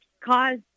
cause